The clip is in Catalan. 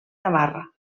navarra